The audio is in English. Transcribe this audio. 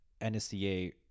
NSCA